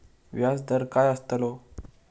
व्याज दर काय आस्तलो?